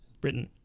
Britain